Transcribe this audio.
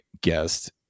guest